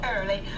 early